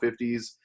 50s